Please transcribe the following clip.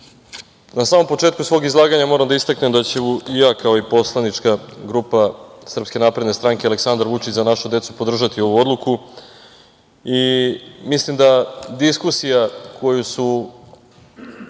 na samom početku svog izlaganja moram da istaknem da ću i ja kao i poslanička grupa Srpska napredna stranka Aleksandar Vučić – Za našu decu podržati ovu odluku.